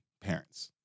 parents